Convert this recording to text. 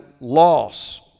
loss